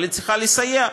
אבל היא צריכה לסייע,